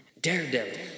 Daredevil